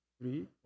three